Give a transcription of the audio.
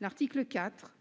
À l'article 4,